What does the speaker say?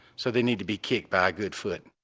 so they need to be kicked by a good foot.